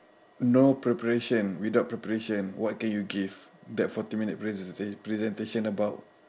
no preparation without preparation what can you give that forty minute pr presenta~ presentation about